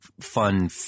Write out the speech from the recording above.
fun